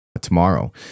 tomorrow